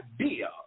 idea